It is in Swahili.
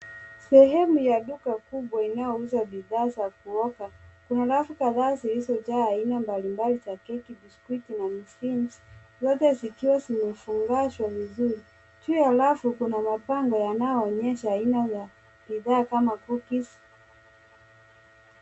Sehemu ya duka kubwa inaouza bidhaa za kuoga, kuna rafu kataa zilizo jaa aina mbali mbali za keki biscuit na mvinyo yote zikiwa zimefangashwa vizuri. Juu ya rafu kuna mabango yanaoonyesha aina ya bidhaa kama cookies .